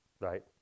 right